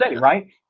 right